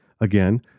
again